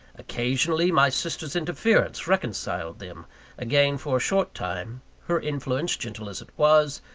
occasionally, my sister's interference reconciled them again for a short time her influence, gentle as it was,